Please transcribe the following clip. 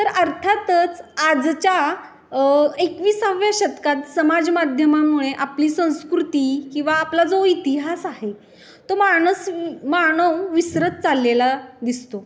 तर अर्थातच आजच्या एकवीसाव्या शतकात समाजमाध्यमामुळे आपली संस्कृती किंवा आपला जो इतिहास आहे तो माणस मानव विसरत चाललेला दिसतो